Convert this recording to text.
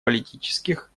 политических